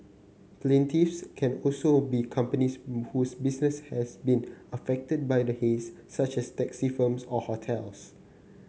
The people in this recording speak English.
plaintiffs can also be companies whose business has been affected by the haze such as taxi firms or hotels